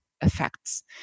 effects